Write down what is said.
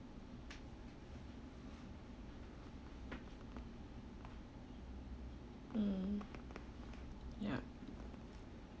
mm ya